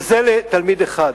וזה לתלמיד אחד.